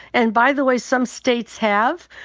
and by the way, some states have.